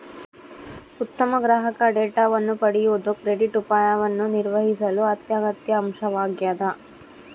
ಉತ್ತಮ ಗ್ರಾಹಕ ಡೇಟಾವನ್ನು ಪಡೆಯುವುದು ಕ್ರೆಡಿಟ್ ಅಪಾಯವನ್ನು ನಿರ್ವಹಿಸಲು ಅತ್ಯಗತ್ಯ ಅಂಶವಾಗ್ಯದ